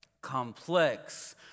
complex